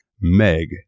Meg